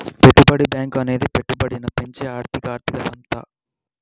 పెట్టుబడి బ్యాంకు అనేది పెట్టుబడిని పెంచే ఒక ఆర్థిక సంస్థ